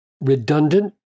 redundant